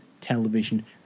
television